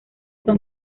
son